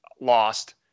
lost